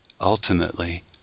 ultimately